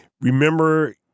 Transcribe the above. remember